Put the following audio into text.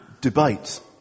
debate